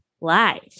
live